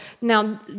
now